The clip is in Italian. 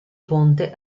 ponte